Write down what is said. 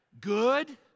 Good